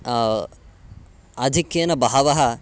आधिक्येन बहवः